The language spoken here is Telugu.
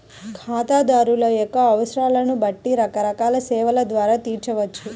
ఖాతాదారుల యొక్క అవసరాలను బట్టి రకరకాల సేవల ద్వారా తీర్చవచ్చు